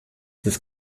des